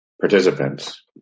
participants